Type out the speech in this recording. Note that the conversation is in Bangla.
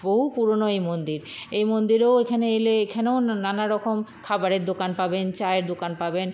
বহু পুরোনো এই মন্দির এই মন্দিরেও এখানে এলে এখানেও ন্ নানা রকম খাবারের দোকান পাবেন চায়ের দোকান পাবেন